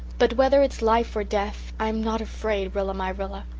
but whether it's life or death, i'm not afraid, rilla-my-rilla,